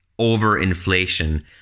overinflation